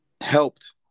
helped